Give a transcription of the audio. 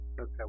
Okay